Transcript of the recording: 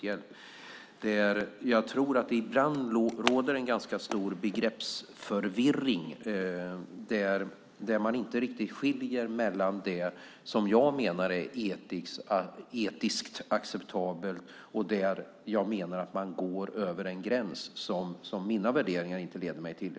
Jag tror att det ibland råder en ganska stor begreppsförvirring där man inte riktigt skiljer mellan det jag menar är etiskt acceptabelt och det jag menar är att gå över en gräns som i alla fall mina värderingar inte leder mig till.